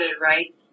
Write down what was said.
right